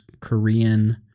Korean